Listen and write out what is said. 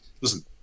listen